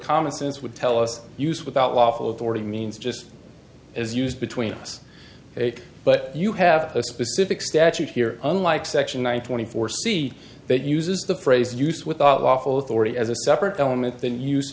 common sense would tell us use without lawful authority means just as used between us but you have a specific statute here unlike section one twenty four c that uses the phrase use without lawful authority as a separate element than use